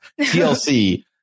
TLC